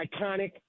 iconic